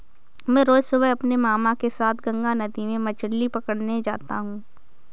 मैं रोज सुबह अपने मामा के साथ गंगा नदी में मछली पकड़ने जाता हूं